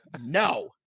No